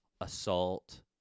assault